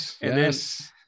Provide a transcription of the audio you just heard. yes